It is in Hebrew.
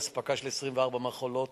אספקה של 24 מכולות,